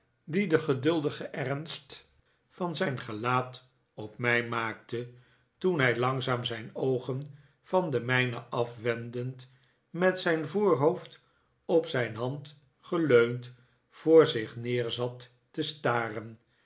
dien de geduldige ernst van zijn gelaat op mij maakte toen hij langzaam zijn oogen van de mijne afwendend met zijn voorhoofd op zijn hand geleund voor zich neer zat te staren